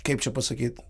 kaip čia pasakyt